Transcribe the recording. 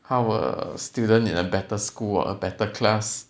our students in a better school or a better class